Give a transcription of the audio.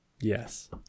Yes